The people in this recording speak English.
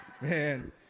Man